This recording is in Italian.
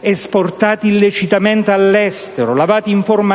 esportati illecitamente all'estero, lavati in forma